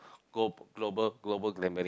glo~ global global gambling